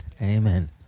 Amen